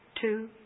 two